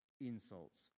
insults